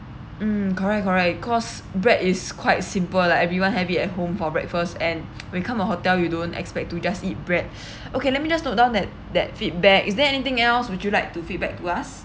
mm correct correct cause bread is quite simple like everyone have it at home for breakfast and when come a hotel you don't expect to just eat bread okay let me just note down that that feedback is there anything else would you like to feedback to us